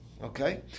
Okay